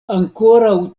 ankoraŭ